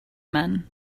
men